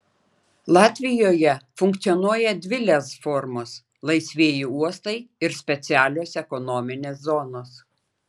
latvijoje funkcionuoja dvi lez formos laisvieji uostai ir specialios ekonominės zonos